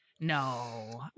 no